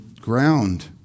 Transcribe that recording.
ground